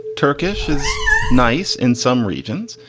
turkish is nice in some regions,